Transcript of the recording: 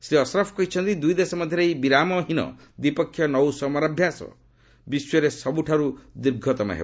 ସେ କହିଛନ୍ତି ଦୁଇଦେଶ ମଧ୍ୟରେ ଏହି ବିରାମହୀନ ଦ୍ୱିପକ୍ଷୀୟ ନୌ ସମରାଭ୍ୟାସ ବିଶ୍ୱରେ ସବୁଠାରୁ ଦୀର୍ଘତମ ହେବ